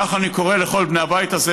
על כן אני קורא לכל בני הבית הזה,